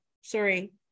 sorry